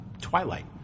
Twilight